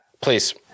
please